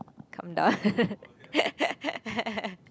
come down